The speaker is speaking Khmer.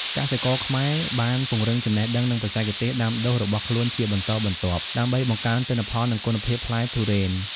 កសិករខ្មែរបានពង្រឹងចំណេះដឹងនិងបច្ចេកទេសដាំដុះរបស់ខ្លួនជាបន្តបន្ទាប់ ដើម្បីបង្កើនទិន្នផលនិងគុណភាពផ្លែទុរេន។